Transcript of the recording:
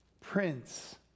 Prince